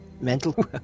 mental